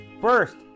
first